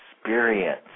experience